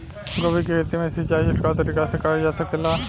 गोभी के खेती में सिचाई छिड़काव तरीका से क़रल जा सकेला?